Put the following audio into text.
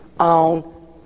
on